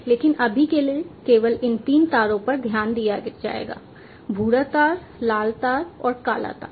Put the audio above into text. लेकिन अभी के लिए केवल इन 3 तारों पर ध्यान दिया जाएगा भूरा तार लाल तार और काला तार